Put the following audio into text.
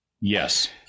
Yes